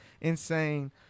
Insane